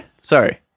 Sorry